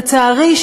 לצערי,